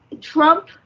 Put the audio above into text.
Trump